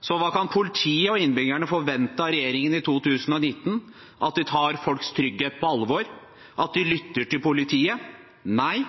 Så hva kan politiet og innbyggerne forvente av regjeringen i 2019? At de tar folks trygghet på alvor? At de lytter til politiet? Nei,